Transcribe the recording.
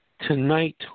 Tonight